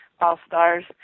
all-stars